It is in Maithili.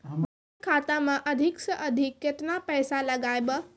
बचत खाता मे अधिक से अधिक केतना पैसा लगाय ब?